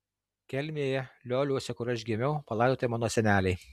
kelmėje lioliuose kur aš gimiau palaidoti mano seneliai